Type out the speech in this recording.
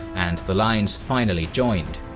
and the lines finally joined.